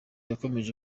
yakomeje